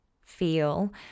feel